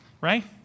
right